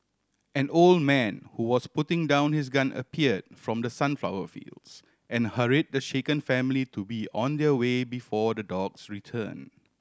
an old man who was putting down his gun appeared from the sunflower fields and hurry the shaken family to be on their way before the dogs return